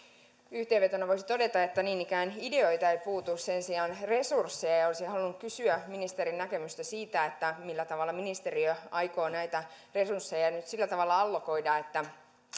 yhteenvetona voisi todeta että niin ikään ideoita ei puutu sen sijaan resursseja puuttuu ja olisin halunnut kysyä ministerin näkemystä siitä millä tavalla ministeriö aikoo näitä resursseja nyt sillä tavalla allokoida että